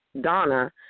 Donna